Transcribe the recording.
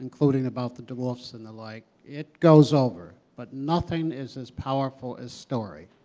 including about the de woolfs and the like, it goes over, but nothing is as powerful as story.